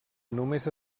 només